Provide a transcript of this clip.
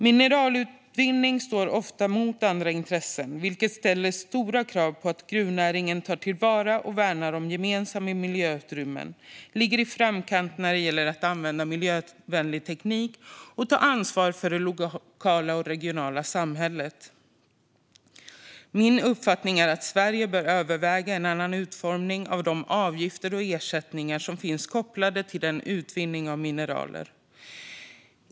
Mineralutvinning står ofta mot andra intressen, vilket ställer stora krav på att gruvnäringen tar till vara och värnar gemensamma miljöutrymmen, ligger i framkant när det gäller att använda miljövänlig teknik och tar ansvar för det lokala och regionala samhället. Min uppfattning är att Sverige bör överväga en annan utformning av de avgifter och ersättningar som finns kopplade till utvinning av mineral.